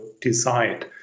decide